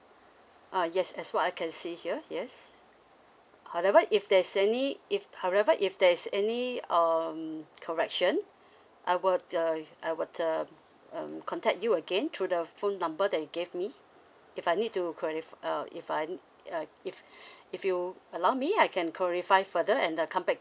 uh yes as what I can see here yes however if there's any if however if there's any um correction I were uh I were uh um contact you again through the phone number that you gave me if I need to clarif~ uh if I uh if if you allow me I can clarify further and then come back